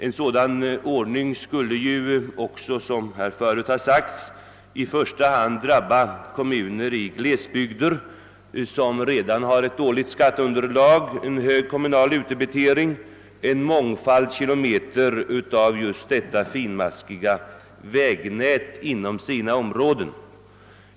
En sådan ordning skulle också, som här förut sagts, i första hand drabba kommuner i glesbygder som redan har ett dåligt skatteunderlag, en hög kommunal utdebitering och en mångfald kilometer av just detta finmaskiga vägnät inom sina områden.